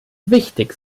wichtig